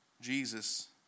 Jesus